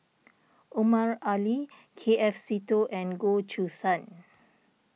Omar Ali K F Seetoh and Goh Choo San